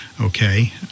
Okay